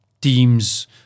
Teams